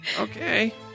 Okay